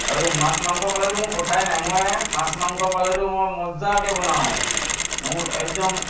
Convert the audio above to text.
আৰু মাছ মাংস পালেতো মোৰ কথাই নাই মই মাছ মাংস পালেতো মই মজাকৈ বনাওঁ মোৰ একদম